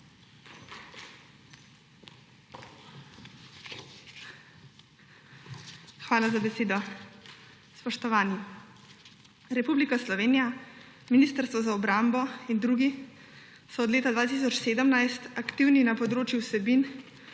Hvala za besedo. Spoštovani! Republika Slovenija, Ministrstvo za obrambo in drugi so od leta 2017 aktivni na področju vsebin,